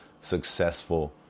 successful